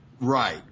Right